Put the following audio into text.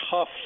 tough